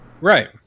Right